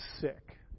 sick